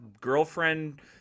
girlfriend